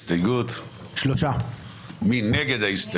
מי נגד?